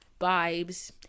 vibes